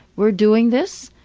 we're doing this.